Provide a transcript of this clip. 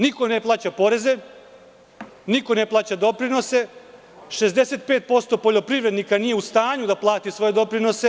Niko ne plaća poreze, niko ne plaća doprinose, 65% poljoprivrednika nije u stanju da plati svoje doprinose.